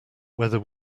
whether